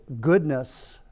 goodness